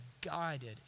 guided